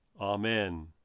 Amen